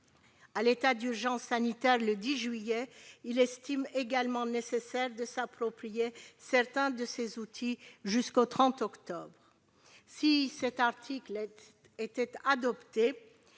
à l'état d'urgence sanitaire le 10 juillet prochain, il estime également nécessaire de s'approprier certains de ses outils jusqu'au 30 octobre ! Si cet article était adopté,